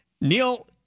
Neil